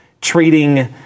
treating